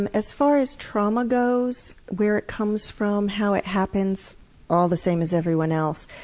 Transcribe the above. and as far as trauma goes, where it comes from, how it happens all the same as everyone else.